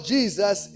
Jesus